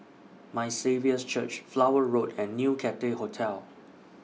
My Saviour's Church Flower Road and New Cathay Hotel